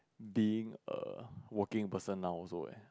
being a working person now also eh